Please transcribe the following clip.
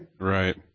Right